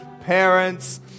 parents